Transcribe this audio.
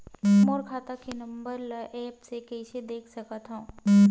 मोर खाता के नंबर ल एप्प से कइसे देख सकत हव?